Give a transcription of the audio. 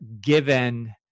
given